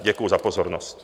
Děkuji za pozornost.